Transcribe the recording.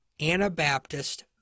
Anabaptist